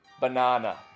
Banana